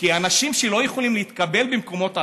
כי אנשים שלא יכולים להתקבל במקומות אחרים,